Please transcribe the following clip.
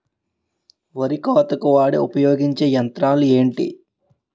వరి కోతకు వాడే ఉపయోగించే యంత్రాలు ఏంటి?